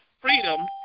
freedom